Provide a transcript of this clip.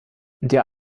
der